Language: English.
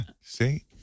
See